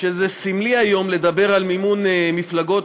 שזה סמלי לדבר היום על מימון מפלגות,